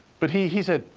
but he he said,